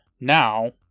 Now